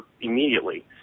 immediately